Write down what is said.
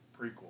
prequel